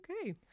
Okay